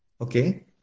Okay